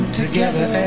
together